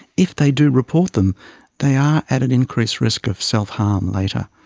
if they do report them they are at an increased risk of self-harm later.